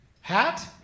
Hat